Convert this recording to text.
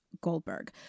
Goldberg